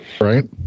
Right